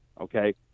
okay